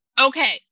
Okay